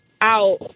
out